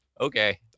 Okay